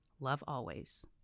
lovealways